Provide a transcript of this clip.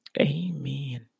amen